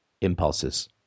impulses